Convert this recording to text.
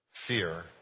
fear